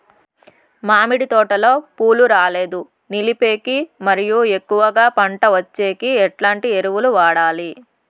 మామిడి తోటలో పూలు రాలేదు నిలిపేకి మరియు ఎక్కువగా పంట వచ్చేకి ఎట్లాంటి ఎరువులు వాడాలి?